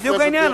העניין.